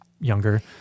younger